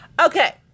okay